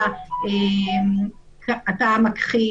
אתה מכחיש,